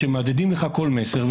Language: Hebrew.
שמהדהדים לך כל מסר,